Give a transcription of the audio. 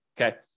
okay